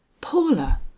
Paula